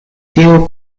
tio